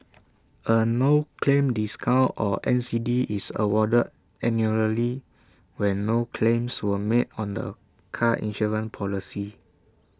A no claim discount or N C D is awarded annually when no claims were made on the car insurance policy